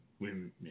women